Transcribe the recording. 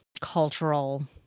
cultural